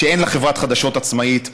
שאין לה חברת חדשות עצמאית.